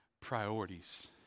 priorities